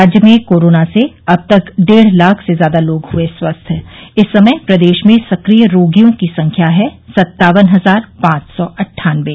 राज्य में कोरोना से अब तक डेढ़ लाख से ज्यादा लोग हुए स्वस्थ इस समय प्रदेश में सक्रिय रोगियों की संख्या है सत्तावन हजार पांच सौ अन्टानबे